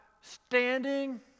standing